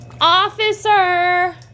Officer